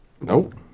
Nope